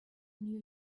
new